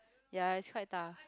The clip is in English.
ya it's quite tough